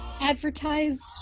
advertised